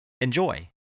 Enjoy